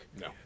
no